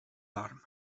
dorm